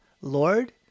Lord